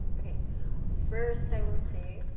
first, i will say,